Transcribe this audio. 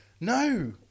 No